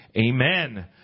Amen